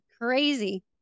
crazy